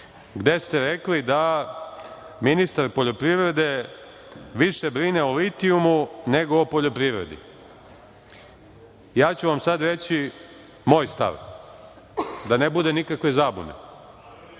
gde ste rekli da ministar poljoprivrede više brine o litijumu nego o poljoprivredi. Ja ću vam sada reći moj stav, da ne bude nikakve zabune.